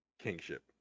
kingship